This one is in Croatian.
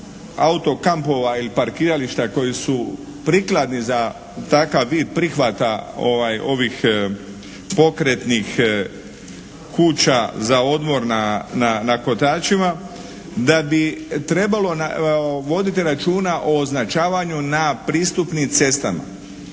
auto kampova ili parkirališta koji su prikladni za takav vid prihvata ovih pokretnih kuća za odmor na kotačima, da bi trebalo voditi računa o označavanju na pristupnim cestama.